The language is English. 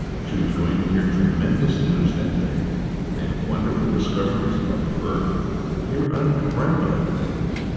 she was going to hear tremendous news that day make wonderful discoveries about her birth hear undreamt-of things.